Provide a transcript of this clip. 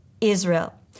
Israel